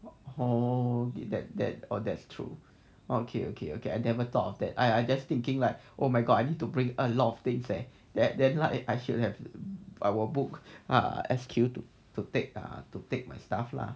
oh that's that's true okay okay okay I never thought of that I I just thinking like oh my god I need to bring a lot of things there then like I should have I will book S_Q to take ah to take my stuff lah